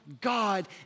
God